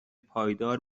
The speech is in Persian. پایدار